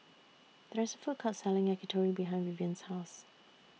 There IS A Food Court Selling Yakitori behind Vivien's House